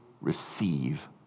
receive